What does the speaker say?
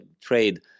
trade